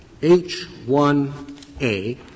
H1A